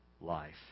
life